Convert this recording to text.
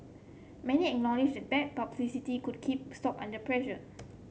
many acknowledge that bad publicity could keep stock under pressure